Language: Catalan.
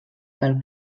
pel